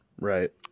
right